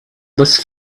this